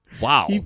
Wow